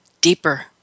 deeper